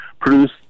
produce